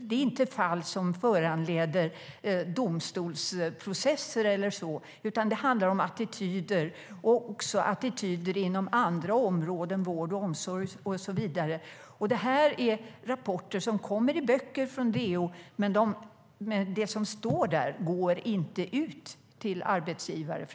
Det är inte fall som föranleder domstolsprocesser, men det handlar om attityder, också inom vård, omsorg och andra områden. Dessa rapporter kommer i böcker från DO, men det som står i dem går inte ut till arbetsgivare.